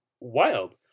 wild